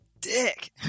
Dick